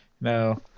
no